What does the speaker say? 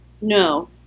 No